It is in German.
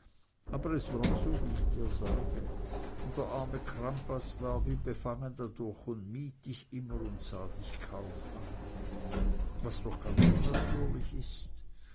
aber es war so wie ich dir sage und der arme crampas war wie befangen dadurch und mied dich immer und sah dich kaum an was doch ganz unnatürlich ist